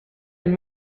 and